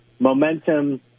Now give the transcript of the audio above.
Momentum